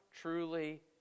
truly